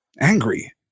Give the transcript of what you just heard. angry